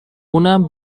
اونم